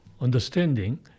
understanding